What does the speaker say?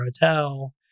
hotel